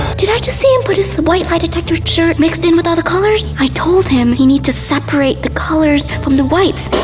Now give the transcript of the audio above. did i just see him put his white lie detector shirt mixed in with all the colors? i told him, you need to separate the colors from the whites.